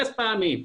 אלף פעמים.